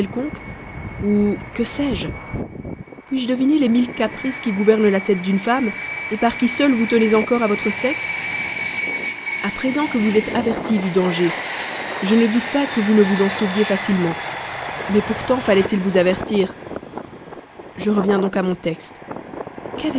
ou que sais-je puis-je deviner les mille mille caprices qui gouvernent la tête d'une femme par qui seuls vous tenez encore à votre sexe a présent que vous êtes avertie du danger je ne doute pas que vous ne vous en sauviez facilement mais pourtant fallait-il vous avertir je reviens donc à mon texte